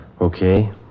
Okay